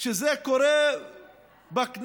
שזה קורה בכנסת,